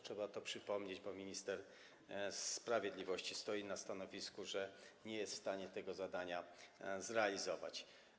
Trzeba to przypomnieć, bo minister sprawiedliwości stoi na stanowisku, że nie jest w stanie tego zadania zrealizować.